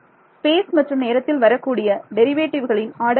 space மற்றும் நேரத்தில் வரக்கூடிய டெரிவேட்டிவ்களின் ஆர்டர் என்ன